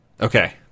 Okay